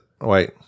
wait